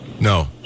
No